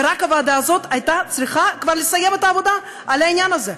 ורק הוועדה הזאת הייתה צריכה כבר לסיים את העבודה על העניין הזה,